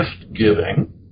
gift-giving